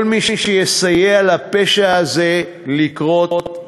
כל מי שיסייע לפשע הזה לקרות,